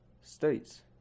states